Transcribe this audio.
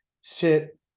sit